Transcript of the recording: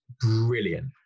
brilliant